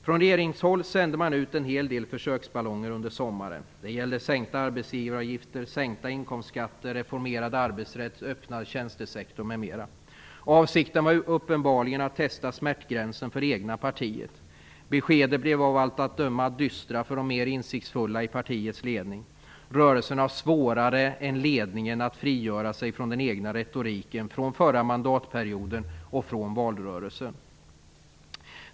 Från regeringshåll sände man ut en hel del försöksballonger under sommaren. Det gällde sänkta arbetsgivaravgifter, sänkta inkomstskatter, reformerad arbetsrätt, öppnad tjänstesektor, m.m. Avsikten var uppenbarligen att testa smärtgränsen för det egna partiet. Beskedet blev av allt att döma dystert för de mer insiktsfulla i partiets ledning. Rörelsen har svårare än ledningen att frigöra sig från den egna retoriken från förra mandatperioden och från valrörelsen.